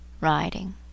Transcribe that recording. riding